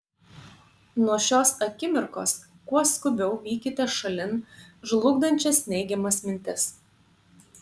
nuo šios akimirkos kuo skubiau vykite šalin žlugdančias neigiamas mintis